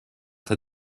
that